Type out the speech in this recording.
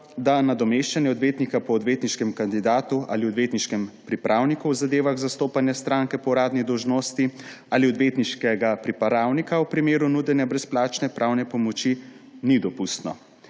da nadomeščanje odvetnika po odvetniškem kandidatu ali odvetniškem pripravniku v zadevah zastopanja stranke po uradni dolžnosti ali odvetniškega pripravnika v primeru nudenja brezplačne pravne pomoči, ni dopustno.